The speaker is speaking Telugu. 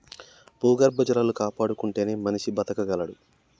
భూగర్భ జలాలు కాపాడుకుంటేనే మనిషి బతకగలడు